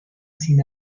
sin